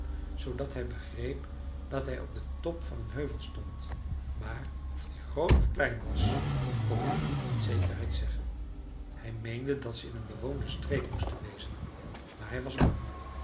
zoodat hij begreep dat hij op den top van een heuvel stond maar of die groot of klein was kon hij niet met zekerheid zeggen hij meende dat ze in een bewoonde streek moesten wezen maar hij was bang